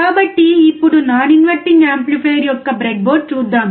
కాబట్టి ఇప్పుడు non inverting amplifier యొక్క బ్రెడ్ బోర్డ్ చూద్దాం